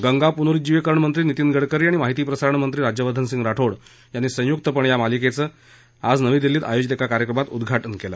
गंगा पुनरूज्जिविकरण मंत्री नितीन गडकरी आणि माहिती प्रसारण मंत्री राज्यवर्धन राठोड यांनी संयुकपणे या मालिकेचं आज नवी दिल्लीत आयोजित एका कार्यक्रमात उद्घाटन केलं